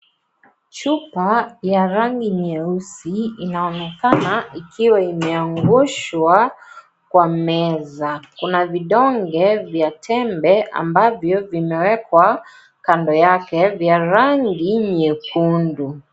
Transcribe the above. Chupa ya rangi nyeusi inaonekana ikiwa imeangushwa kwa meza, kuna vidonge vya tembe ambavyo vimewekwa kando yake vya rangi nyekundu.